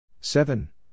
seven